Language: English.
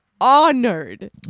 honored